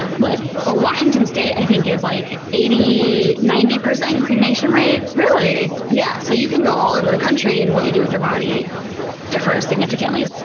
like ah washington state, i think, is like eighty, ninety percent cremation rate. really? yeah. so you can go all over the country and what you do with your body differs significantly.